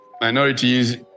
minorities